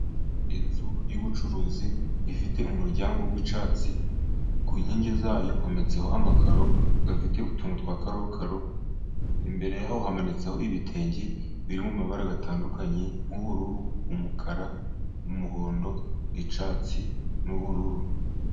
Inzu y'ubucuruzi ifite umuryango w'icyatsi. Ku nkingi zayo hometseho amakaro afite utuntu twa karokaro. Imbere yaho hamanitseho ibitenge biri mu mumabara atandukanye. Nk'ubururu, umukara, umuhondo, icyatsi n'ubururu.